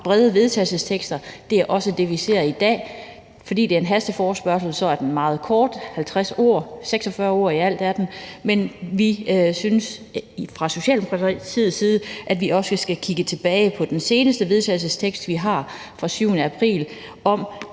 brede vedtagelsestekster. Det er også det, vi ser i dag. Fordi det er en hasteforespørgsel, er teksten meget kort, nemlig på 46 ord i alt, men vi synes fra Socialdemokratiets side, at vi også skal kigge tilbage på den seneste vedtagelsestekst, vi har, fra den 7. april om,